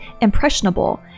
impressionable